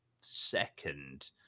second